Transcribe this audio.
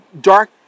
dark